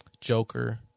Joker